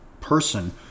person